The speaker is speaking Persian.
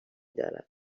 داره